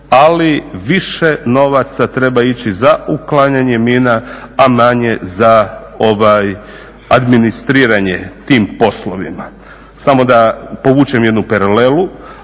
ali više novaca treba ići za uklanjanje mina, a manje za ovaj administriranje tim poslovima. Samo da povučem jednu paralelu,